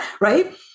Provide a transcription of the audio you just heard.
Right